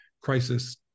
crisis